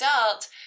adult